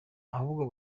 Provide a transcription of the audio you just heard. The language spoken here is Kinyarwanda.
ahubwo